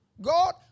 God